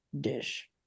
dish